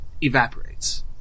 evaporates